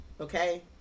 Okay